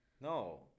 No